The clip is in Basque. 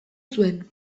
zuen